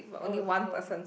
oh no